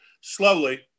slowly